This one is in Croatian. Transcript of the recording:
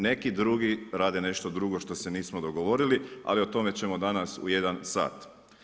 Neki drugi rade nešto drugo što se nismo dogovorili, ali o tom ćemo danas u 1 sat.